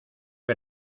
que